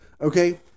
okay